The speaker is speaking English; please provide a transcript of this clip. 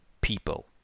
people